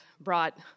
brought